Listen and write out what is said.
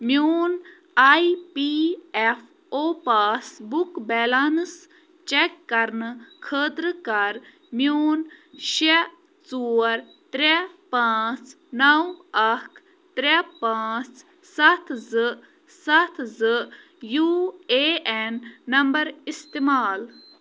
میون I P F O passbook balance check کرنہٕ خٲطرٕ کر میون شےٚ ژور ترٛےٚ پانٛژھ نَو اَکھ ترٛےٚ پانٛژھ سَتھ زٕ سَتھ زٕ یوٗ اے اٮ۪ن نمبَر اِستعمال